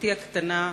בתי הקטנה,